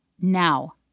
now